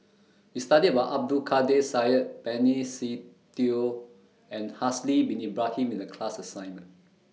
We studied about Abdul Kadir Syed Benny Se Teo and Haslir Bin Ibrahim in The class assignment